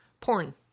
Porn